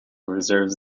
reserves